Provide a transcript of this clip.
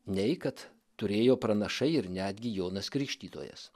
nei kad turėjo pranašai ir netgi jonas krikštytojas